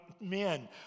men